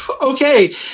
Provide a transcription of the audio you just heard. Okay